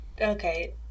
Okay